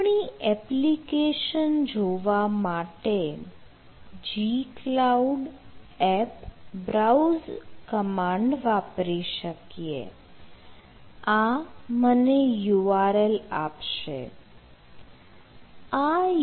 આપણી એપ્લિકેશન જોવા માટે gcloud app browse કમાન્ડ વાપરી શકીએ આ મને URL આપશે